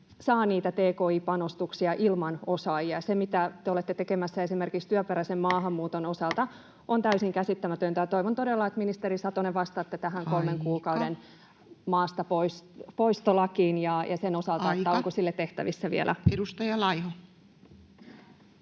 saa niitä tki-panostuksia ilman osaajia. Se, mitä te olette tekemässä esimerkiksi työperäisen maahanmuuton osalta, on täysin käsittämätöntä. Toivon todella, että, ministeri Satonen, vastaatte tähän kolmen kuukauden maastapoistolakiin sen osalta, onko sille tehtävissä vielä jotain.